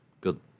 good